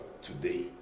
today